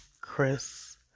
Chris